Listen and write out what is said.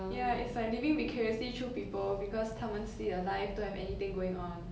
ya it's like living vicariously through people because 他们自己的 life don't have anything going on